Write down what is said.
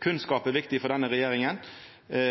Kunnskap er viktig for denne regjeringa,